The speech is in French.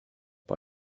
par